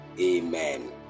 Amen